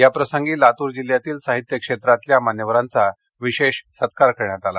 याप्रसंगी लातूर जिल्ह्यातील साहित्य क्षेत्रातल्या मान्यवरांचा विशेष सत्कार करण्यात आला